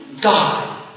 God